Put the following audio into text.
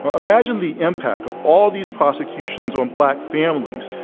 ah imagine the impact of all these prosecutions on black families.